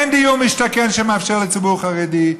אין דיור למשתכן שמאפשר לציבור חרדי,